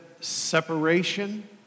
separation